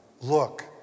Look